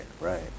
Right